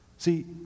See